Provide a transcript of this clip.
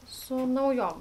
su naujom